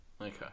Okay